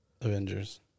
Avengers